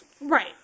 Right